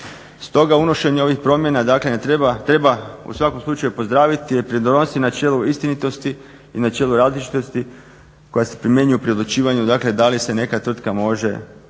Stoga unošenje ovih promjena treba u svakom slučaju pozdraviti jer pridonosi načelu istinitosti i načelu različitosti koja se primjenjuju pri odlučivanju da li se neka tvrtka može